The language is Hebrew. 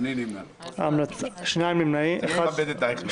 אני נמנע, מכבד את אייכלר.